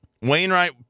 Wainwright